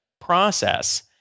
process